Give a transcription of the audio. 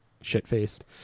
shit-faced